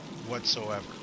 whatsoever